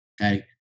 Okay